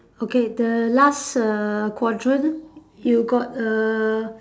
okay the last err quadrant you got err